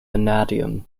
vanadium